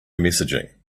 messaging